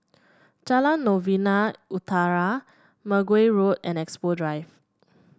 Jalan Novena Utara Mergui Road and Expo Drive